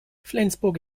flensburg